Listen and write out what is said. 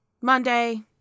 Monday